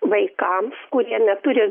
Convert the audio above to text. vaikams kurie neturi